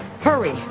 hurry